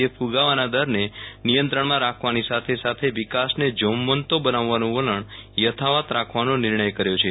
એ ફુગાવાના દરને નિયંત્રણમાં રાખવાની સાથે સાથે વિકાસને જોમવંતો બનાવવાનું વલણ યથાવત રાખવાનો નિર્ણય કર્યો છે